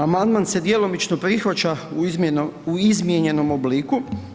Amandman se djelomično prihvaća u izmijenjenom obliku.